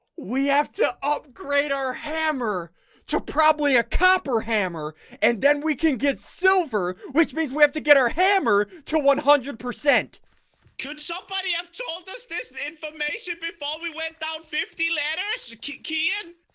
we have to upgrade our hammer to probably a copper hammer and then we can get silver which means we have to get our hammer to one hundred percent could somebody have told us this information before we went down fifty letters shiki qian